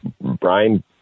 Brian